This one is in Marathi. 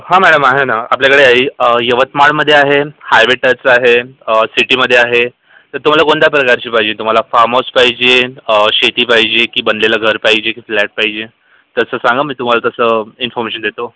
हां मॅळम आहे ना आपल्याकडे आहे यवतमाळमध्ये आहे हायवे टच आहे सिटीमध्ये आहे तर तुम्हाला कोणत्या प्रकारची पाहिजे तुम्हाला फार्म हाऊस पाहिजे शेती पाहिजे की बनलेलं घर पाहिजे की फ्लॅट पाहिजे तसं सांगा मी तुम्हाला तसं इन्फमेशन देतो